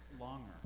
Longer